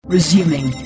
Resuming